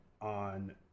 on